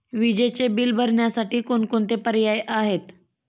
विजेचे बिल भरण्यासाठी कोणकोणते पर्याय आहेत?